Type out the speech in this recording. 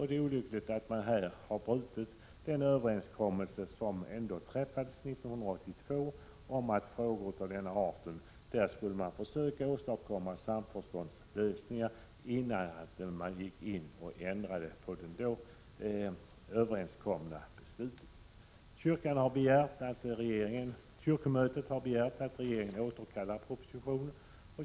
Det är olyckligt att man brutit mot den överenskommelse som träffades 1982 om att samförståndslösningar skall eftersträvas innan beslut ändras. Kyrkomötet har begärt att regeringen återkallar propositionen.